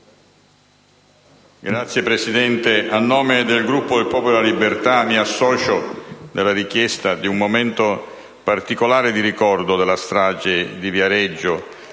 Signora Presidente, a nome del Gruppo del Popolo della Libertà mi associo alla richiesta di un momento di ricordo particolare della strage di Viareggio.